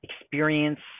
experience